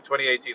2018